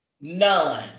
None